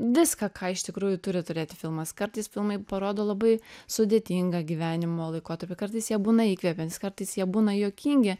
viską ką iš tikrųjų turi turėti filmas kartais filmai parodo labai sudėtingą gyvenimo laikotarpį kartais jie būna įkvepiantys kartais jie būna juokingi